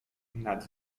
nad